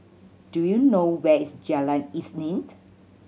do you know where is Jalan Isnin